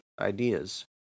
ideas